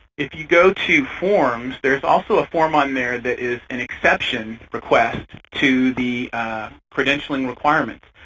if you go to forms, there's also a form on there that is an exception request to the credentialing requirements.